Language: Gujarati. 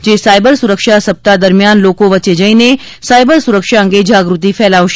જે સાઇબર સુરક્ષા સપ્તાહ દરમિયાન લોકો વચ્ચે જઈને સાઇબર સુરક્ષા અંગે જાગૃતિ ફેલાવશે